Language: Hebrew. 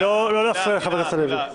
לא להפריע לחבר הכנסת הלוי.